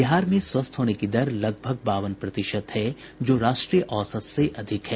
बिहार में स्वस्थ होने की दर लगभग बावन प्रतिशत है जो राष्ट्रीय औसत से अधिक है